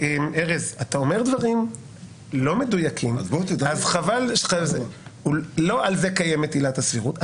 לא על זה קיימת עילת הסבירות.